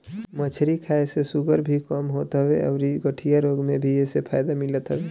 मछरी खाए से शुगर भी कम होत हवे अउरी गठिया रोग में भी एसे फायदा मिलत हवे